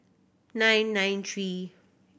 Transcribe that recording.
nine nine three